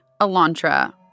Elantra